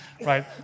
right